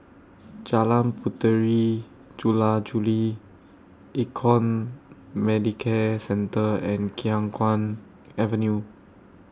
Jalan Puteri Jula Juli Econ Medicare Centre and Khiang Guan Avenue